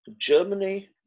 Germany